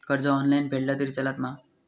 कर्ज ऑनलाइन फेडला तरी चलता मा?